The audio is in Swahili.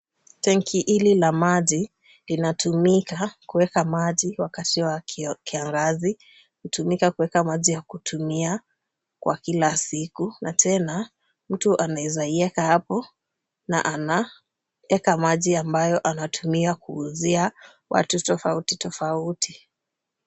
Tenki hili la maji inatumika kuweka maji wakati wa kiangazi, hutumika kuweka maji ya kutumia kwa kila siku na tena, mtu anaweza iweka hapo na anaweka maji ambayo anatumia kuuzia watu tofauti tofauti.